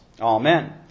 Amen